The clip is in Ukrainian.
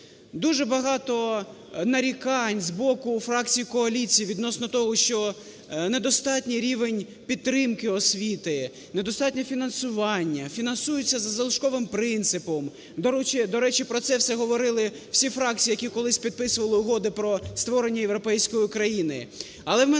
Дуже багато нарікань з боку фракцій коаліції відносно того, що недостатній рівень підтримки освіти, недостатнє фінансування, фінансуються за залишковим принципом. До речі, про це все говорили всі фракції, які колись підписували угоду про створення європейської країни.